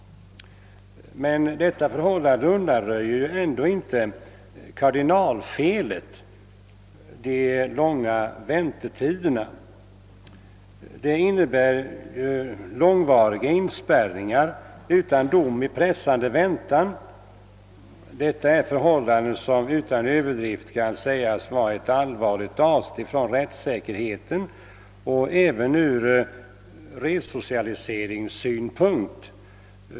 Men detta förhållande undanröjer inte kardinalfelet med de nuvarande väntetiderna: att de medför långvariga inspärrningar utan dom och i pressande väntan. Detta är förhållanden som utan överdrift kan sägas vara ett allvarligt steg från rättssäkerheten, och de är ödesdigra även ur resocialiseringssynpunkt.